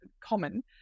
common